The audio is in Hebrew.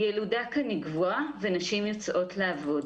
הילודה כאן היא גבוהה ונשים יוצאות לעבוד.